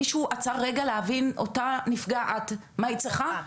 מישהו עצר רגע להבין את אותה הנפגעת ואת מה שהיא צריכה?